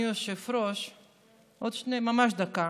ברשותך, אדוני היושב-ראש, עוד ממש דקה.